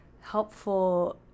helpful